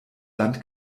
land